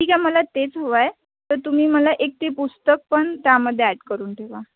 ठीक आहे मला तेच हवं आहे तर तुम्ही मला एक ते पुस्तक पण त्यामध्ये ॲड करून ठेवा